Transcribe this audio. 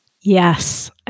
Yes